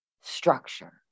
structure